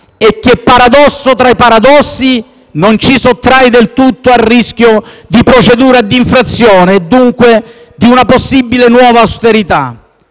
che - paradosso tra i paradossi - non ci sottrae del tutto dal rischio di procedura di infrazione e, dunque, di una possibile nuova austerità.